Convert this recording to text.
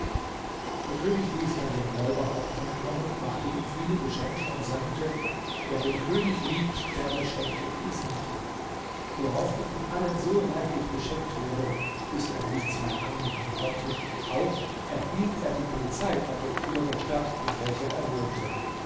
der könig ließ dann den räuberhauptmann kommen machte ihm viele geschenke und sagte wer den könig liebt der beschenke diesen mann worauf er von allen so reichlich beschenkt wurde bis er nichts mehr annehmen konnte auch erhielt er die polizeipräfektur der stadt in welcher er wohnte